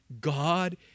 God